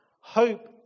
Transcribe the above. Hope